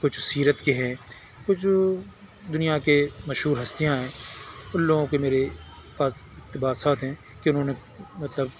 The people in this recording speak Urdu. کچھ سیرت کے ہیں کچھ دنیا کے مشہور ہستیاں ہیں ان لوگوں کے میرے پاس اقتباسات ہیں کہ انہوں نے مطلب